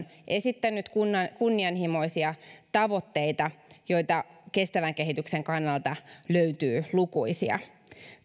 on esittänyt kunnianhimoisia tavoitteita joita kestävän kehityksen kannalta löytyy lukuisia